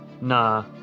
Nah